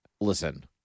listen